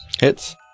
Hits